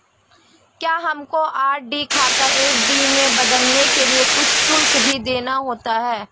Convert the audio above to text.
क्या हमको आर.डी खाता एफ.डी में बदलने के लिए कुछ शुल्क भी देना होता है?